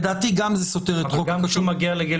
לדעתי זה גם סותר את חוק הכשרות --- גם כשהוא מגיע לגיל